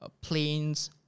planes